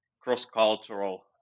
cross-cultural